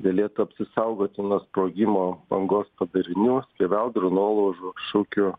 galėtų apsisaugoti nuo sprogimo bangos padarinių skeveldrų nuolaužų šukių